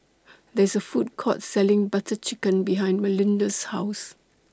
There IS A Food Court Selling Butter Chicken behind Melinda's House